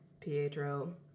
Pietro